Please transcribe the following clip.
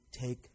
take